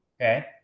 Okay